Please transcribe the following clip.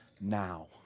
now